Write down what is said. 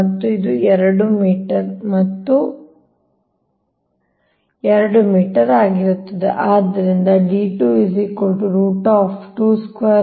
ಮತ್ತು ಇದು 2 ಮೀಟರ್ ಮತ್ತು ಇದು ನಿಮ್ಮ 2 ಆಗಿದೆ